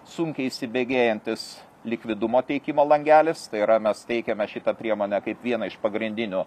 sunkiai įsibėgėjantis likvidumo teikimo langelis tai yra mes teikiame šitą priemonę kaip vieną iš pagrindinių